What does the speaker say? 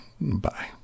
Bye